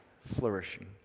flourishing